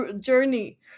journey